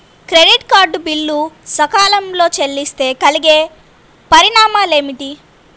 Credit card bill సకాలంలో చెల్లిస్తే కలిగే పరిణామాలేమిటి?